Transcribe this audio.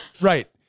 right